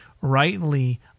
rightly